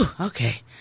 Okay